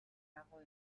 агуу